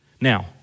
Now